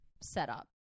setup